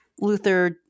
Luther